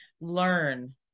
learn